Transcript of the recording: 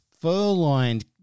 fur-lined